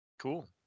Cool